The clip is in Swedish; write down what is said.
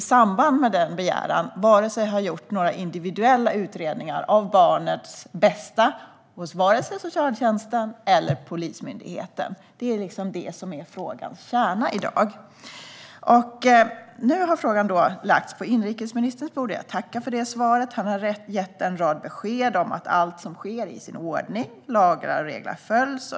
I samband med denna begäran har det inte gjorts några individuella utredningar av barnets bästa hos vare sig socialtjänsten eller Polismyndigheten. Detta är frågans kärna i dag. Nu har min interpellation i stället lagts på inrikesministerns bord, och jag tackar för svaret. Han har gett en rad besked om att allt som sker är i sin ordning. Lagar och regler följs.